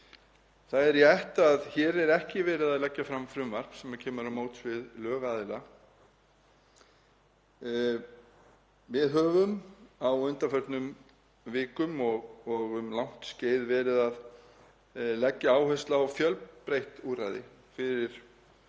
Það er rétt að hér er ekki verið að leggja fram frumvarp sem kemur til móts við lögaðila. Við höfum á undanförnum vikum og um langt skeið verið að leggja áherslu á fjölbreytt úrræði fyrir